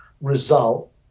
result